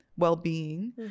well-being